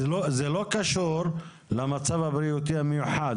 זה לא קשור למצב הבריאותי המיוחד.